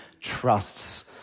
trusts